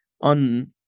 on